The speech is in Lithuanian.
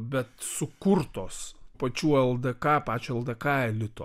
bet sukurtos pačių ldk pačio ldk elito